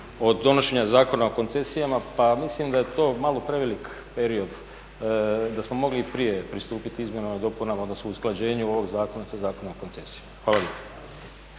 od donošenja Zakona o koncesijama pa mislim da je to malo prevelik period da smo mogli i prije pristupiti izmjenama i dopunama odnosno usklađenju ovog zakona sa Zakonom o koncesijama. Hvala